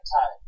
time